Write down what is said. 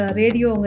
radio